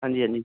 ਹਾਂਜੀ ਹਾਂਜੀ